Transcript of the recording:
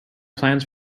plans